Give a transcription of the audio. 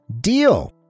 deal